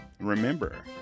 Remember